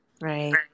Right